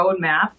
roadmap